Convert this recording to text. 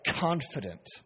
confident